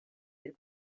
elle